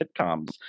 sitcoms